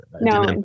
no